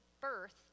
birth